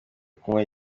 kunywa